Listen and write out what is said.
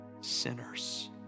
sinners